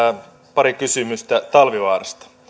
pari kysymystä talvivaarasta